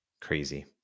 crazy